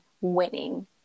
winning